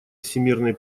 всемирной